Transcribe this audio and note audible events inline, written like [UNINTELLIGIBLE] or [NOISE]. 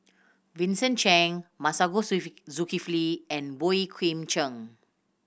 Vincent Cheng Masagos [UNINTELLIGIBLE] Zulkifli and Boey Kim Cheng